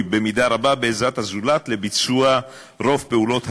במידה רבה בעזרת הזולת לביצוע רוב פעולות היום-יום,